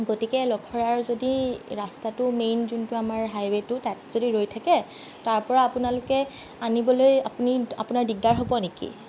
গতিকে লখৰাৰ যদি ৰাস্তাটো মেইন যোনটো আমাৰ হাইৱেটো তাত যদি ৰৈ থাকে তাৰ পৰা আপোনালোকে আনিবলৈ আপুনি আপোনাৰ দিকদাৰ হ'ব নেকি